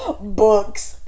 books